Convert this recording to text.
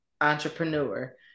entrepreneur